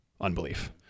unbelief